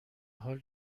حال